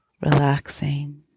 Relaxing